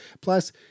Plus